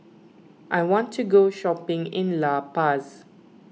I want to go shopping in La Paz